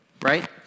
right